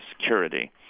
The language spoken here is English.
security